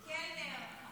מקלנר.